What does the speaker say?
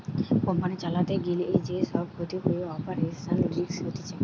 company চালাতে গিলে যে সব ক্ষতি হয়ে অপারেশনাল রিস্ক হতিছে